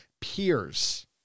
peers